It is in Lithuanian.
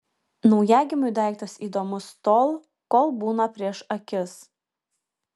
naujagimiui daiktas įdomus tol kol būna prieš akis